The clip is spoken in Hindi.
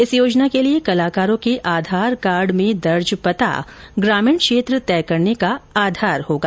इस योजना के लिए कलाकारों के आधार कार्ड में दर्ज पता ग्रामीण क्षेत्र तय करने का आधार होगा